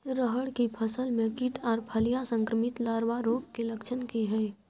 रहर की फसल मे कीट आर फलियां संक्रमित लार्वा रोग के लक्षण की हय?